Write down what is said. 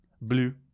Blue